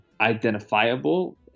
identifiable